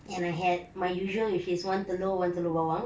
and I had my usual which is one telur one telur bawang